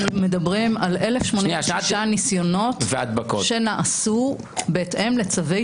אנחנו מדברים על 1,086 ניסיונות שנעשו בהתאם לצווי